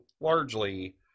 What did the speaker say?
largely